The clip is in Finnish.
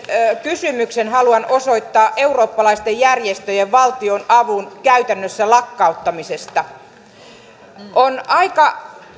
kysymyksen haluan osoittaa eurooppalaisten järjestöjen valtionavun käytännössä lakkauttamisesta on aika